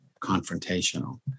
confrontational